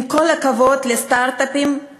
עם כל הכבוד לסטרט-אפים,